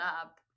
up